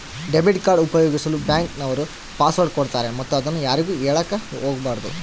debit card ಉಪಯೋಗಿಸಲು bank ನವರು password ಕೊಡ್ತಾರೆ ಮತ್ತು ಅದನ್ನು ಯಾರಿಗೂ ಹೇಳಕ ಒಗಬಾರದು